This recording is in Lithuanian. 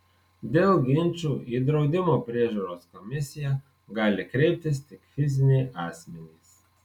dėl ginčų į draudimo priežiūros komisiją gali kreiptis tik fiziniai asmenys